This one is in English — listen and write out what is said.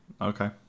Okay